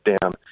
down